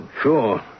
sure